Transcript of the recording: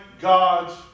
God's